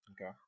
Okay